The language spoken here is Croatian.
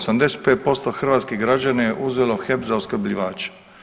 85% hrvatskih građana je uzelo HEP za opskrbljivača.